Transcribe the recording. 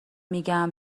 میگم